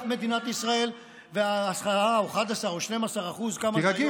מדינת ישראל ו-10% או 11% או 12% כמה שזה היום,